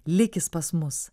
likis pas mus